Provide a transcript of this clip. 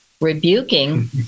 rebuking